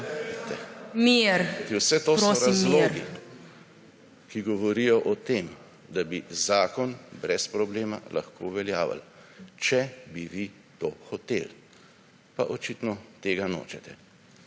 SDS): Vse to so razlogi, ki govorijo o tem, da bi zakon brez problema lahko uveljavili, če bi vi to hoteli. Pa očitno tega nočete.